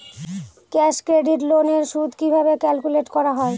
Cash credit loan এর সুদ কিভাবে ক্যালকুলেট করা হয়?